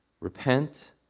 Repent